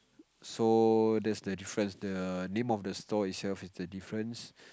so that's the difference the name of the store itself is the difference